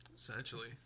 Essentially